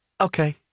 okay